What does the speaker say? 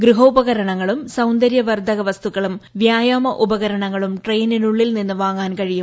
ഗൃഹ ഉപകരണങ്ങളും സൌന്ദരൃവർദ്ധക വസ്തുക്കളും വ്യായാമോപകരണങ്ങളും ട്രെയിനിനൂള്ളീൽ നിന്ന് വാങ്ങാൻ കഴിയും